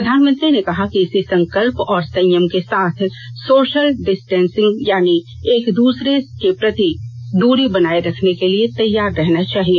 प्रधानमंत्री ने कहा कि इसी संकल्प और संयम के साथ सोशल डिस्टेन्सिंग यानी एक दूसरे से दूरी बनाए रखने के लिए तैयार रहना चाहिए